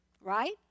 Right